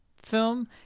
film